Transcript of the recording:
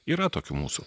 yra tokių mūsų